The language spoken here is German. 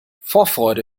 vorfreude